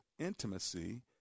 intimacy